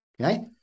Okay